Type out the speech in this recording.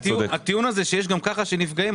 הטיעון הה שיש גם ככה כאלה שנפגעים,